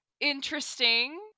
interesting